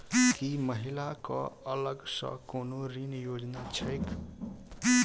की महिला कऽ अलग सँ कोनो ऋण योजना छैक?